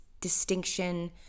distinction